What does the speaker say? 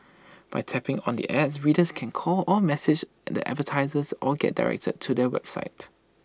by tapping on the ads readers can call or message and the advertisers or get directed to their websites